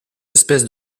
espèces